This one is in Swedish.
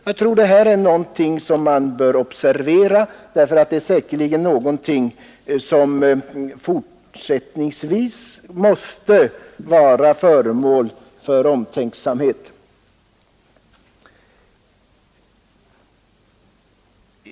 Det här är säkerligen någonting som man bör observera, och det är därtill ett förhållande som måste bli föremål för fortsatt omtänksamhet.